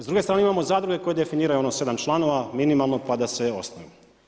S druge strane, imamo zadruge koje definiraju 7 članova minimalno, pa da se osnuju.